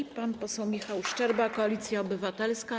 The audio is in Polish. I pan poseł Michał Szczerba, Koalicja Obywatelska.